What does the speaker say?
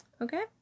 Okay